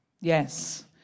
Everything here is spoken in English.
Yes